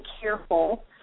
careful